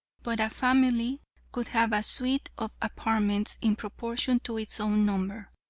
but a family could have a suite of apartments in proportion to its own number.